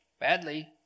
Badly